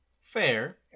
Fair